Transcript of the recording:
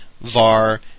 Var